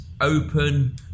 open